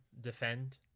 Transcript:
defend